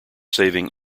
saving